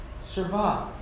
survive